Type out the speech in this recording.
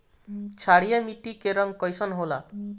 क्षारीय मीट्टी क रंग कइसन होला?